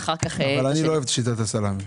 אני לא אוהב את שיטת הסלמי